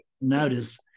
notice